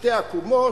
שתי עקומות,